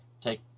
take